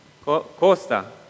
Costa